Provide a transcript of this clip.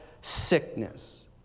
sickness